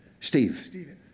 Steve